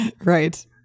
Right